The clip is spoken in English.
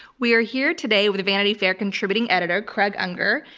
we are here today with vanity fair contributing editor craig unger,